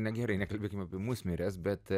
na gerai nekalbėkim apie musmires bet